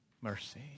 Mercy